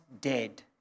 dead